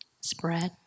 spread